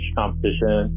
competition